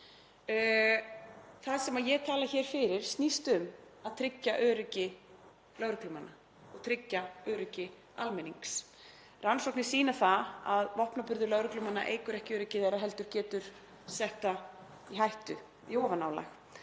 Það sem ég tala hér fyrir snýst um að tryggja öryggi lögreglumanna og tryggja öryggi almennings. Rannsóknir sýna það að vopnaburður lögreglumanna eykur ekki öryggi þeirra heldur getur sett öryggi þeirra í hættu í ofanálag.